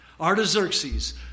Artaxerxes